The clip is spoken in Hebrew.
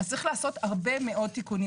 אז צריך לעשות הרבה מאוד תיקונים